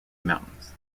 mountains